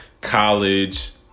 College